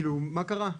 כאילו מה קרה.